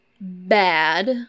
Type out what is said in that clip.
bad